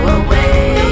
away